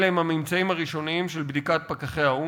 אלה הם הממצאים הראשוניים של בדיקת פקחי האו"ם.